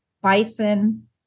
bison